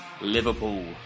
liverpool